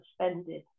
suspended